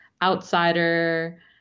outsider